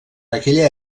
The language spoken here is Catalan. aquella